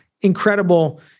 Incredible